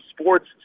sports